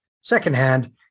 secondhand